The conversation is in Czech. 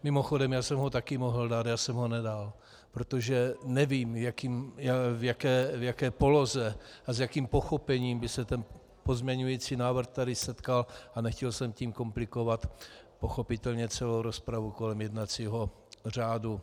Mimochodem, já jsem ho také mohl dát, já jsem ho nedal, protože nevím, v jaké poloze a s jakým pochopením by se ten pozměňující návrh tady setkal, a nechtěl jsem tím komplikovat pochopitelně celou rozpravu kolem jednacího řádu.